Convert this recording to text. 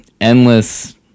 endless